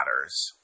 matters